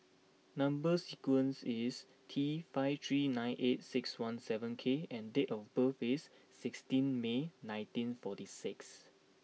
number sequence is T five three nine eight six one seven K and date of birth is sixteen May nineteen forty six